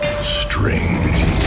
Strange